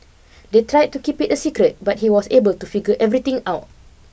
they tried to keep it a secret but he was able to figure everything out